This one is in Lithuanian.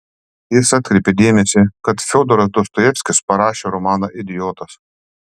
jis atkreipė dėmesį kad fiodoras dostojevskis parašė romaną idiotas